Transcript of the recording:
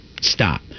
stop